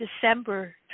December